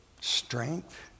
Strength